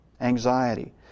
Anxiety